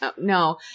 No